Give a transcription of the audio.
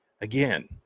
Again